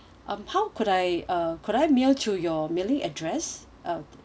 um how could I uh could I mail to your mailing address um